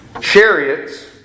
Chariots